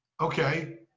Okay